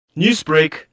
Newsbreak